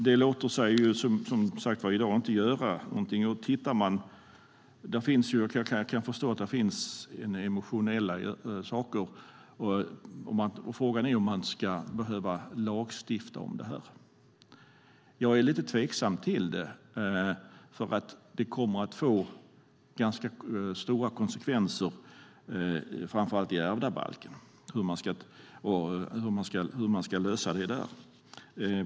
Det låter sig, som sagt var, i dag inte göras. Jag kan förstå att det finns emotionella faktorer, och frågan är om man ska behöva lagstifta om det här. Jag är lite tveksam till det, för det kommer att få ganska stora konsekvenser framför allt i ärvdabalken.